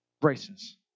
Braces